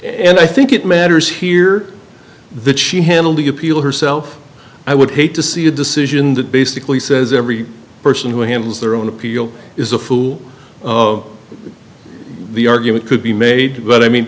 and i think it matters here the chief handled the appeal herself i would hate to see a decision that basically says every person who handles their own appeal is a fool the argument could be made but i mean